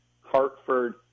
Hartford